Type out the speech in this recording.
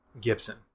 Gibson